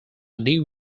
new